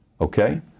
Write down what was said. Okay